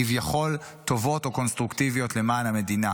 כביכול טובות או קונסטרוקטיביות למען המדינה.